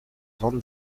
van